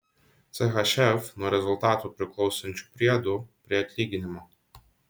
chf nuo rezultatų priklausančių priedų prie atlyginimo